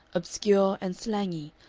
obscure and slangy,